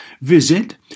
Visit